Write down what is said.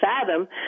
fathom